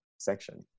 section